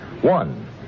One